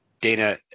Dana